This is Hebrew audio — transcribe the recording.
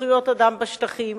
בזכויות אדם בשטחים,